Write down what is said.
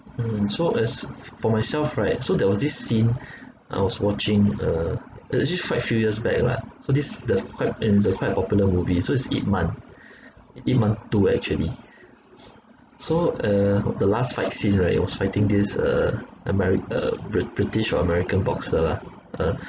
mm so as f~ for myself right so there was this scene I was watching uh it's actually quite few years back lah so this the quite and it's a quite popular movie so it's ip man ip man two actually so uh the last fight scene right was fighting these uh ameri~ uh bri~ british or american boxer lah ha